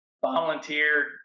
volunteered